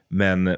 men